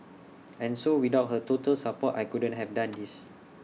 and so without her total support I couldn't have done this